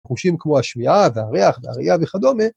חושים כמו השמיעה, והריח, והראיה וכדומה.